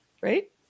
Right